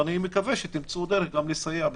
ואני מקווה שתמצאו דרך גם לסייע בזה.